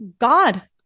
God